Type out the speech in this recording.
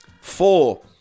Four